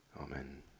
Amen